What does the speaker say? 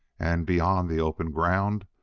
and, beyond the open ground,